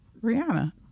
Rihanna